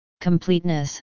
completeness